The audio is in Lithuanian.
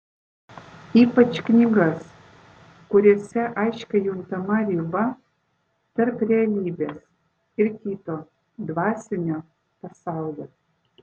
ypač knygas kuriose aiškiai juntama riba tarp realybės ir kito dvasinio pasaulio